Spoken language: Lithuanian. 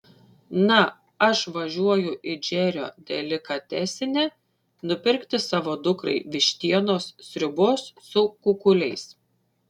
na aš važiuoju į džerio delikatesinę nupirkti savo dukrai vištienos sriubos su kukuliais